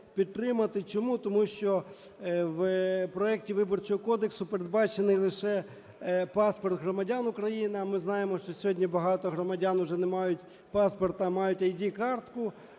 Чому? Тому що в проекті Виборчого кодексу передбачений лише паспорт громадян України, а ми знаємо, що сьогодні багато громадян уже не мають паспорта, а мають ID-картку.